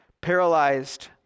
paralyzed